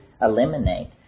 eliminate